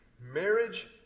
Marriage